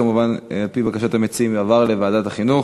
כמובן על-פי בקשת המציעים, יועבר לוועדת החינוך.